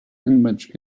image